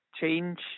change